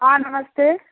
हाँ नमस्ते